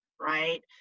right